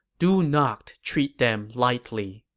do not treat them lightly.